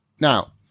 Now